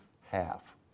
Half